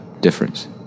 difference